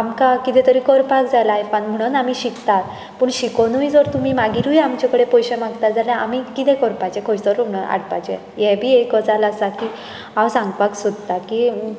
आमकां कितें तरी करपाक जाय लायफान म्हुणून आमी शिकतात पूण शिकुनूय जर तुमी मागिरूय आमचे कडेन पयशे मागतात जाल्यार आमी कितें करपाचें खंयसर म्हुणू हाडपाचे हे बी एक गजाल आसा की हांव सांगपाक सोदता की